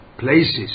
Places